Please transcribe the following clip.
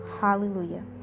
Hallelujah